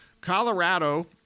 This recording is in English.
Colorado